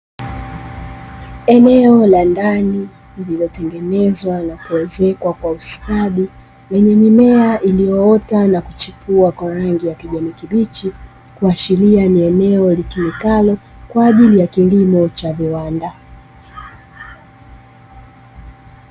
Eneo la ndani lililotengenezwa na kuezekwa kwa ustadi, lenye mimea iliyoota na kuchipua kwa rangi ya kijani kibichi, kuashiria ni eneo litumikalo kwa ajili ya kilimo cha viwanda.